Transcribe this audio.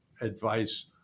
advice